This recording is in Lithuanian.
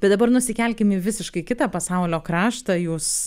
bet dabar nusikelkim į visiškai kitą pasaulio kraštą jūs